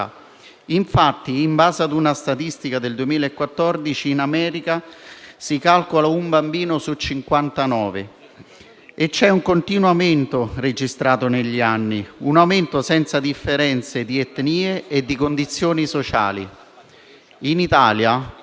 infatti, in base a una statistica del 2014 realizzato in America, si calcola che essa riguardi un bambino su 59. C'è un continuo aumento registrato negli anni, un aumento senza differenze di etnie e di condizioni sociali. In Italia,